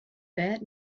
that